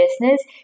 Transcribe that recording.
business